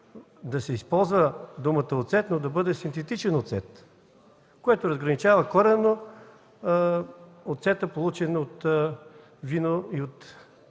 да се използва думата „оцет”, но да бъде „синтетичен оцет”, което коренно разграничава оцета, получен от вино и от